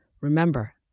Remember